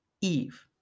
eve